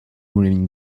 уровень